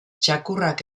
txakurrak